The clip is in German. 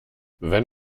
wenn